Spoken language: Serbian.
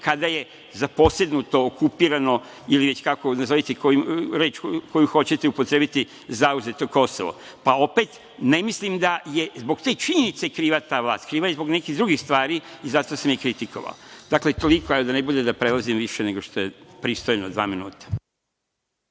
kada je zaposednuto, okupirano ili već koju reč želite upotrebiti – zauzeto Kosovo. Pa, opet ne mislim da je zbog te činjenice kriva ta vlast. Kriva je zbog nekih drugih stvari i zato sam je kritikovao. Toliko, da ne bude da prelazim više nego što je pristojno, dva minuta.